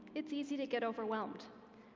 it's easy to get overwhelmed.